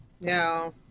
No